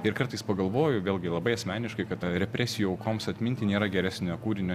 ir kartais pagalvoju vėlgi labai asmeniškai kad represijų aukoms atminti nėra geresnio kūrinio